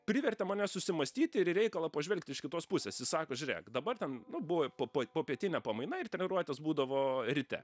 privertė mane susimąstyti ir į reikalą pažvelgt iš kitos pusės jis sako žiūrėk dabar ten nu buvo popoj popietinė pamaina ir treniruotės būdavo ryte